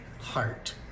heart